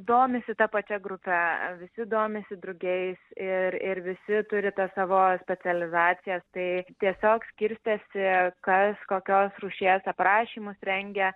domisi ta pačia grupe visi domisi drugiais ir ir visi turi tą savo specializacijas tai tiesiog skirstėsi kas kokios rūšies aprašymus rengia